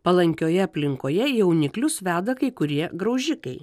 palankioje aplinkoje jauniklius veda kai kurie graužikai